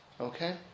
Okay